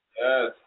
Yes